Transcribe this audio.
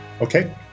Okay